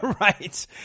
Right